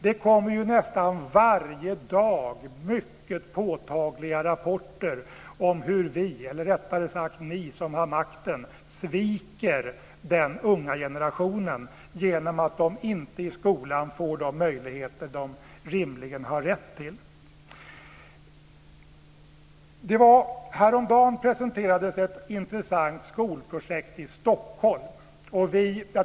Det kommer nästan varje dag mycket påtagliga rapporter om hur vi, eller rättare sagt ni som har makten, sviker den unga generationen genom att de i skolan inte får de möjligheter de rimligen har rätt till. Häromdagen presenterades ett intressant skolprojekt i Stockholm.